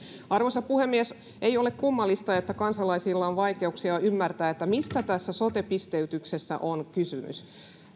arvoisa puhemies ei ole kummallista että kansalaisilla on vaikeuksia ymmärtää mistä tässä sote pisteytyksessä on kysymys